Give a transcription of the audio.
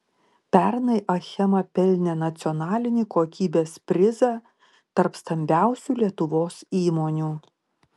pernai achema pelnė nacionalinį kokybės prizą tarp stambiausių lietuvos įmonių